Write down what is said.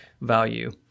value